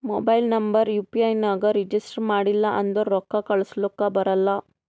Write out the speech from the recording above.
mobile number U P I ನಾಗ್ register ಮಾಡಿಲ್ಲ ಅಂದುರ್ ರೊಕ್ಕಾ ಕಳುಸ್ಲಕ ಬರಲ್ಲ